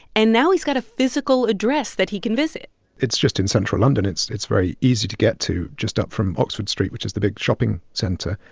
and now he's got a physical address that he can visit it's just in central london. it's it's very easy to get to just up from oxford street, which is the big shopping center.